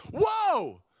whoa